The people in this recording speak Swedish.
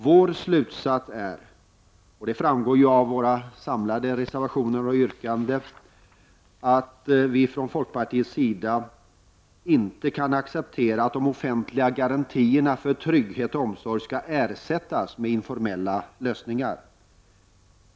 Vår slutsats är — det framgår av folkpartiets reservationer och yrkanden — att vi inte kan acceptera att de offentliga garantierna för trygghet och omsorg ersätts med informella lösningar.